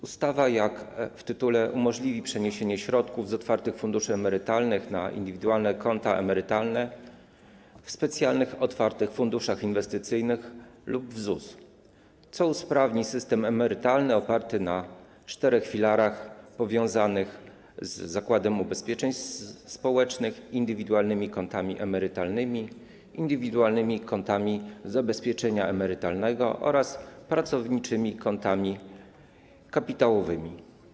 Ustawa, jak zapisano w tytule, umożliwi przeniesienie środków z otwartych funduszy emerytalnych na indywidualne konta emerytalne w specjalnych otwartych funduszach inwestycyjnych lub w ZUS, co usprawni system emerytalny oparty na czterech filarach powiązanych z Zakładem Ubezpieczeń Społecznych, indywidualnymi kontami emerytalnymi, indywidualnymi kontami zabezpieczenia emerytalnego oraz pracowniczymi kontami kapitałowymi.